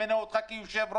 ימנה אותך כיו"ר,